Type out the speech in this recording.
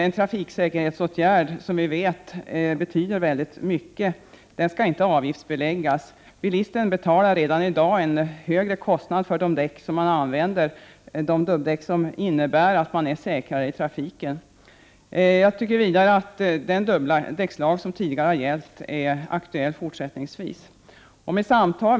En trafiksäkerhetsåtgärd som vi vet betyder mycket skallinte 2 maj 1989 avgiftsbeläggas. Bilisten betalar redan i dag en högre kostnad för de däck som han använder — de dubbdäck som innebär att man är säkrare i trafiken. Den dubbdäckslag som tidigare har gällt bör vara aktuell även fortsättningsvis.